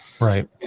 Right